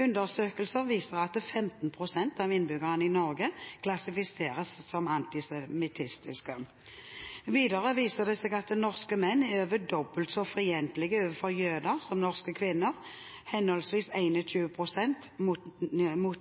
Undersøkelser viser at 15 pst. av innbyggerne i Norge klassifiseres som antisemittiske. Videre viser det seg at norske menn er over dobbelt så fiendtlige overfor jøder som norske kvinner, henholdsvis 21 pst. mot